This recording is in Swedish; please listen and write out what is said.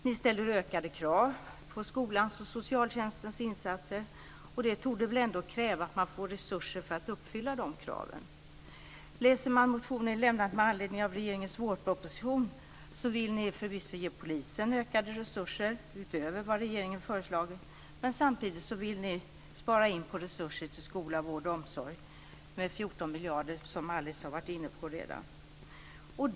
Ni ställer ökade krav på skolans och socialtjänstens insatser. Det torde väl ändå kräva att man får resurser för att uppfylla de kraven. I motionen lämnad med anledning av regeringens vårproposition vill ni förvisso ge polisen ökade resurser, utöver vad regeringen föreslagit, men samtidigt vill ni spara in på resurser till skola, vård och omsorg med 14 miljarder, som Alice Åström har varit inne på redan.